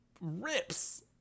rips